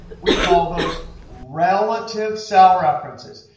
we call those relative cell references.